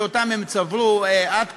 שאותן הם צברו עד כה?